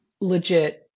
legit